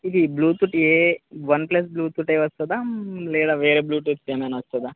ఇది బ్లూటూత్ ఏ OnePlus బ్లూటూతే వస్తుందా లేదా వేరే బ్లూటూత్స్ ఏమైనా వస్తుందా